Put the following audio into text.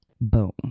boom